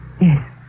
Yes